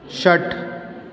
षट्